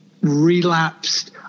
relapsed